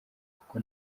kuko